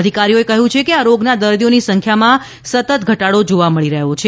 અધિકારીઓએ કહ્યું છે કે આ રોગના દર્દીઓની સંખ્યામાં સતત ઘટાડો જોવા મળી રહ્યો છે